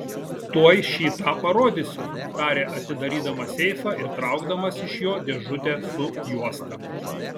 tuoj šį tą parodysiu tarė atidarydamas seifą ir traukdamas iš jo dėžutę su juosta